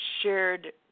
shared